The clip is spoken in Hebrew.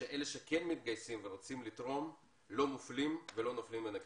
שאלה שכן מתגייסים ורוצים לתרום לא מופלים ולא נופלים בין הכיסאות.